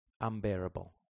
unbearable